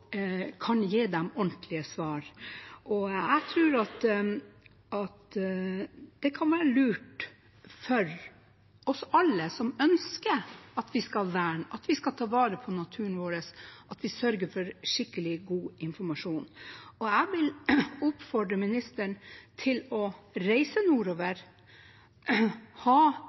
dem ordentlige svar. Jeg tror det kan være lurt for oss alle som ønsker å verne, ta vare på naturen vår, at vi sørger for skikkelig, god informasjon. Jeg vil oppfordre ministeren til å reise nordover, ha